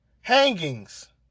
hangings